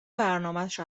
برنامشو